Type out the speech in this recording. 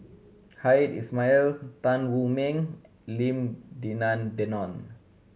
Hamed Ismail Tan Wu Meng Lim Denan Denon